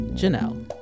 janelle